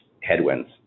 headwinds